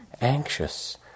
anxious